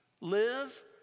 live